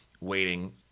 waiting